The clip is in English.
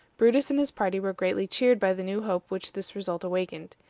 brutus and his party were greatly cheered by the new hope which this result awakened.